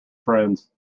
friends